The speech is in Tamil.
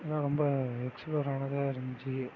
இதெலாம் ரொம்ப எக்ஸ்ப்ளோரானதாக இருந்துச்சு